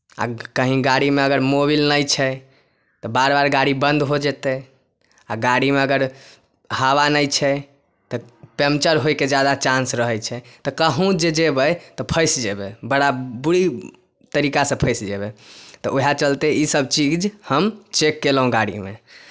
आ कहीँ गाड़ीमे अगर मोबिल नहि छै तऽ बार बार गाड़ी बन्द हो जेतै आ गाड़ीमे अगर हवा नहि छै तऽ पंचर होइके ज्यादा चांस रहै छै तऽ कहूँ जे जेबै तऽ फँसि जेबै बड़ा बुरी तरीकासँ फँसि जेबै तऽ उएह चलते ईसभ चीज हम चेक कयलहुँ गाड़ीमे